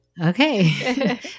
Okay